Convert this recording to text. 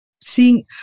seeing